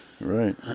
Right